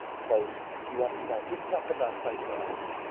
so you understand just enough about facebook ads,